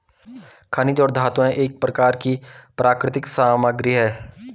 खनिज और धातुएं एक प्रकार की प्राकृतिक सामग्री हैं